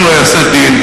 אם לא ייעשה דין,